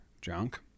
junk